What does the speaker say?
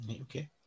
Okay